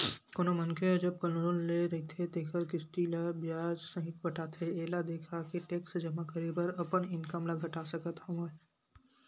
कोनो मनखे ह जब लोन ले रहिथे तेखर किस्ती ल बियाज सहित पटाथे एला देखाके टेक्स जमा करे बर अपन इनकम ल घटा सकत हवय